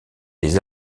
des